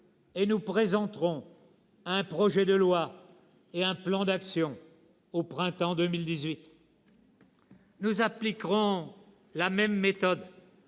et nous présenterons un projet de loi et un plan d'actions au printemps 2018. « Nous appliquerons la même méthode